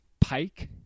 Pike